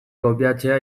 kopiatzea